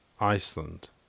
Iceland